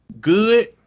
good